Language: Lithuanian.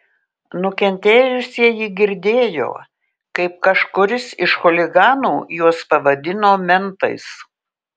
nukentėjusieji girdėjo kaip kažkuris iš chuliganų juos pavadino mentais